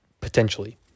potentially